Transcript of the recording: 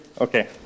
Okay